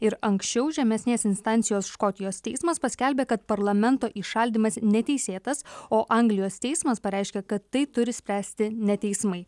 ir anksčiau žemesnės instancijos škotijos teismas paskelbė kad parlamento įšaldymas neteisėtas o anglijos teismas pareiškė kad tai turi spręsti ne teismai